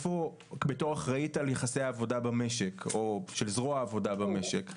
בתור אחראית על יחסי העבודה במשק או של זרוע העבודה במשק,